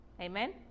Amen